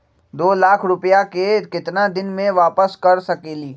दो लाख रुपया के केतना दिन में वापस कर सकेली?